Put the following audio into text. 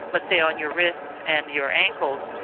let's say on your wrists and your ankles,